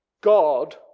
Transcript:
God